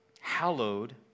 hallowed